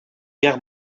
guerre